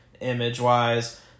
image-wise